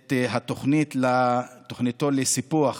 את תוכניתו לסיפוח